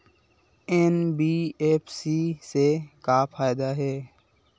NBFC से का फ़ायदा हे?